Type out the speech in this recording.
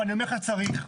אני אומר לך, צריך.